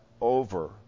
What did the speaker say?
over